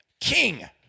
king